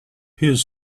his